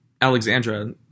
Alexandra